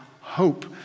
hope